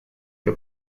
que